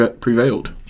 prevailed